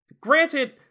Granted